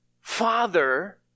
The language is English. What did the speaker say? father